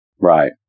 Right